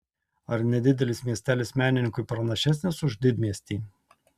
ar nedidelis miestelis menininkui pranašesnis už didmiestį